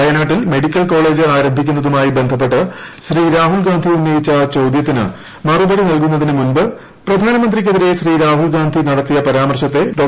വയനാട്ടിൽ medical college ആരംഭിക്കുന്നതുമായി ബന്ധപ്പെട്ട് ശ്രീ രാഹുൽഗാന്ധി ഉന്നയിച്ച ചോദ്യത്തിന് മറുപടി നൽകുന്നതിന് ് മുമ്പ് പ്രധാനമന്ത്രിക്കെതിരെ ശ്രീ രാഹുൽ ഗാന്ധി നടത്തിയ പരാമർശത്തെ ഡോ